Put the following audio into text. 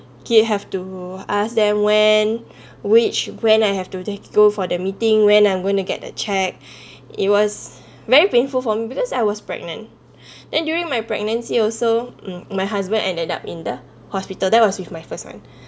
keep have to ask them when which when I have to take go for the meeting when I'm going to get a cheque it was very painful for me because I was pregnant then during my pregnancy also um my husband ended up in the hospital that was with my first son